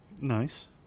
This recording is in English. Nice